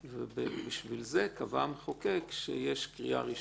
בשביל זה קבע המחוקק, שיש קריאה ראשונה,